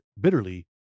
bitterly